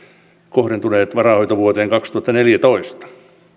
kohdentuneet varainhoitovuoteen kaksituhattaneljätoista